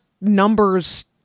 numbers